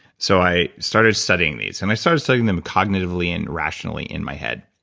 so i started studying these. and i started studying them cognitively and rationally in my head.